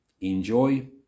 Enjoy